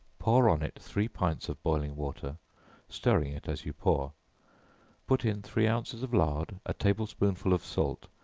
pour on it three pints of boiling water stirring it as you pour put in three ounces of lard, a table-spoonful of salt,